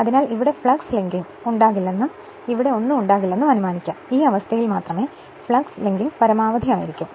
അതിനാൽ ഇവിടെ flux linking ഉണ്ടാകില്ലെന്നും ഇവിടെ ഒന്നും ഉണ്ടാകില്ലെന്നും അനുമാനിക്കാം ഈ അവസ്ഥയിൽ മാത്രമേ ഫ്ലക്സ് ലിങ്കിംഗ് പരമാവധി ആയിരിക്കൂ